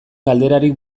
galderarik